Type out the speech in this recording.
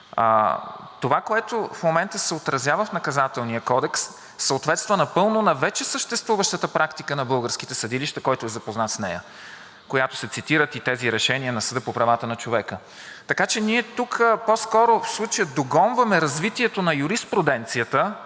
Това, което в момента се отразява в Наказателния кодекс, съответства напълно на вече съществуващата практика на българските съдилища, който е запознат с нея, в която се цитират и тези решения на Съда по правата на човека. Така че ние тук по-скоро в случая догонваме развитието на юриспруденцията